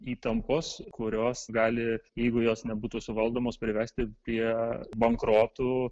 įtampos kurios gali jeigu jos nebūtų suvaldomos privesti prie bankrotų